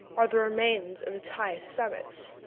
are the remains of its highest summits.